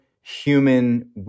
human